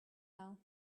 now